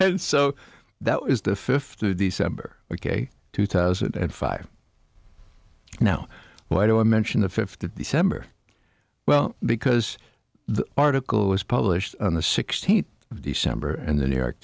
and so that was the fifth through december ok two thousand and five now why do i mention the fifth of december well because the article was published on the sixteenth of december and the new york